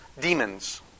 demons